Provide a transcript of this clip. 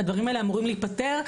הדברים האלה אמורים להיפתר.